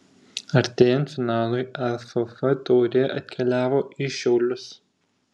artėjant finalui lff taurė atkeliavo į šiaulius